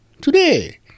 Today